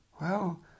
Well